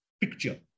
picture